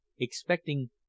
expecting